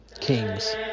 Kings